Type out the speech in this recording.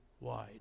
wide